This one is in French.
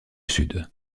sud